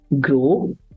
grow